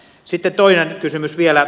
sitten toinen kysymys vielä